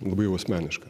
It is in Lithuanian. labai jau asmeniška